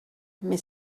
mais